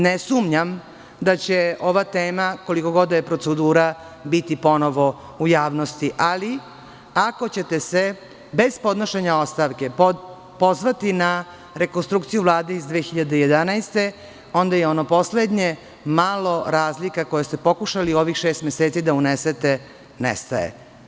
Ne sumnjam da će ova tema, koliko god da je procedura, biti ponovo u javnosti, ali ako ćete se bez podnošenja ostavke pozvati na rekonstrukciju Vlade iz 2011. godine, onda ono poslednje malo razlika koje ste pokušali u ovih šest meseci da unesete, nestaje.